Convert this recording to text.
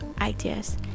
ideas